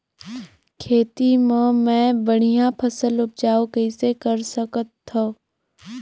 खेती म मै बढ़िया फसल उपजाऊ कइसे कर सकत थव?